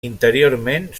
interiorment